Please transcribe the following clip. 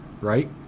right